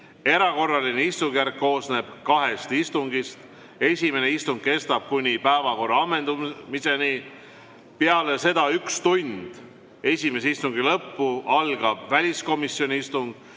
Erakorraline istungjärk koosneb kahest istungist. Esimene istung kestab kuni päevakorra ammendumiseni. Peale seda, üks tund pärast esimese istungi lõppu algab väliskomisjoni istung